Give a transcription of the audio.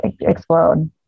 explode